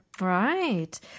Right